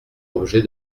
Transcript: objet